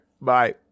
bye